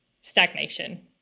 stagnation